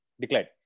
Declared